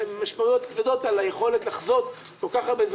הן משמעויות כבדות על היכולת לחזות כל כך הרבה,